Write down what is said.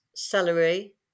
Celery